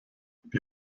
die